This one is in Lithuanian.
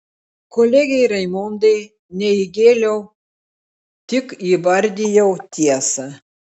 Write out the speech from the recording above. kolegei raimondai ne įgėliau tik įvardijau tiesą